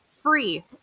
free